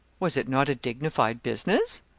was it not a dignified business?